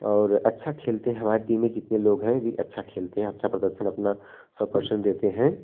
और अच्छा खेलते हैं हमारे टीम में जितने लोग हैं अभी अच्छा खेलते हैं अपना प्रदर्शन अपना सौ परसेंट देते हैं